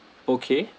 okay